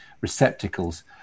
receptacles